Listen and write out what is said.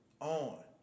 on